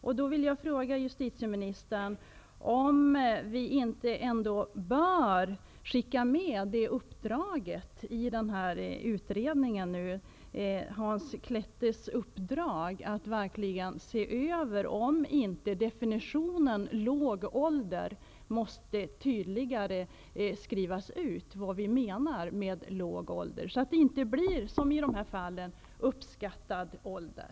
Jag vill fråga justitieministern om vi inte ändå bör skicka med ett uppdrag till Hans Klettes utredning att ta ställning till om inte begreppet låg ålder måste definieras tydligare, så att det inte som i dessa fall blir fråga om uppskattad ålder.